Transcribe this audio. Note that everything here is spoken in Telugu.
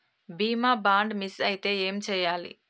బీమా బాండ్ మిస్ అయితే ఏం చేయాలి?